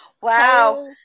wow